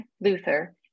Luther